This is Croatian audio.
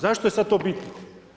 Zašto je sad to bitno?